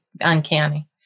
uncanny